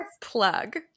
plug